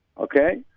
okay